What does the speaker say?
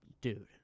dude